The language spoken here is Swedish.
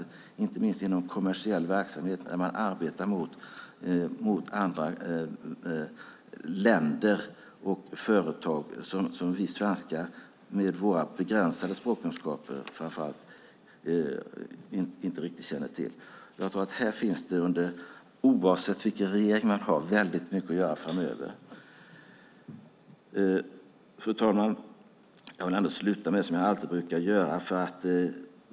Det gäller inte minst inom kommersiell verksamhet där man arbetar mot andra länder och företag som vi svenskar med våra begränsade språkkunskaper inte riktigt känner till. Här tror jag att det oavsett vilken regering vi har finns väldigt mycket att göra framöver. Fru talman! Jag vill avsluta så som jag alltid brukar göra.